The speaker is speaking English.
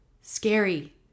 scary